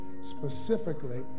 specifically